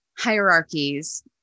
Hierarchies